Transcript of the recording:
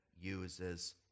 uses